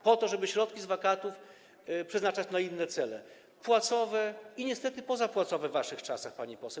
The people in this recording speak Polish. Po to, żeby środki z wakatów przeznaczać na inne cele, płacowe i niestety pozapłacowe w waszych czasach, pani poseł.